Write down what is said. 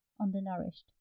undernourished